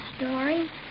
story